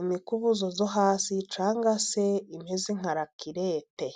imikubuzo yo hasi cyangwa se imeze nka rakerete.